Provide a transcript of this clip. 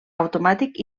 automàtic